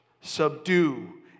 Subdue